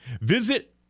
Visit